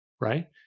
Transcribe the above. right